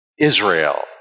Israel